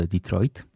Detroit